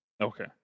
Okay